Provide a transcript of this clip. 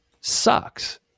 sucks